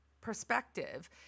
perspective